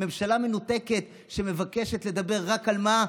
ממשלה מנותקת שמבקשת לדבר רק, על מה?